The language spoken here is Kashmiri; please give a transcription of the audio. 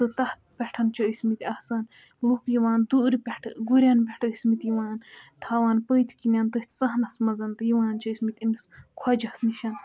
تہٕ تَتھ پٮ۪ٹھ چھِ ٲسۍ مٕتۍ آسان لوٗکھ یِوان دوٗرِ پٮ۪ٹھٕ گُرٮ۪ن پٮ۪ٹھ ٲسۍ مٕتۍ یِوان تھاوان پٔتۍ کِنۍ تٔتھۍ سَہنَس منٛز تہٕ یِوان چھِ ٲسۍ مٕتۍ أمِس خۄجَس نِش